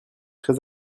très